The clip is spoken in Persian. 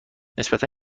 نسبتا